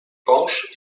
wąż